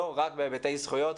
לא רק בהיבטי זכויות,